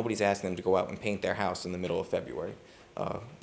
nobody's asked them to go out and paint their house in the middle of february